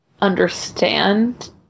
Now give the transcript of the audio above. understand